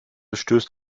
stößt